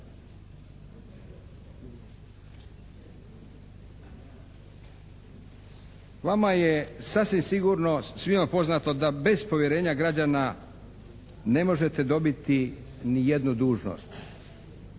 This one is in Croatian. Vama je sasvim sigurno svima poznato da bez povjerenja građana ne možete dobiti nijednu dužnost